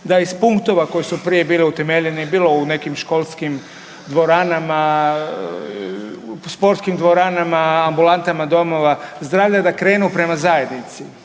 Da iz punktova koji su prije bili utemeljeni bilo u nekim školskim dvoranama, sportskim dvoranama, ambulantama domova zdravlja da krenu prema zajednici.